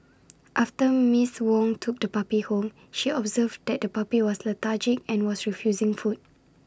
after miss Wong took the puppy home she observed that the puppy was lethargic and was refusing food